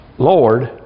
Lord